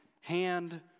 hand